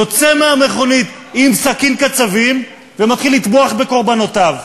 יוצא מהמכונית עם סכין קצבים ומתחיל לטבוח בקורבנותיו.